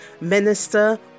minister